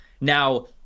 Now